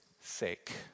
sake